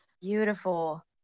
beautiful